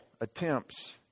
attempts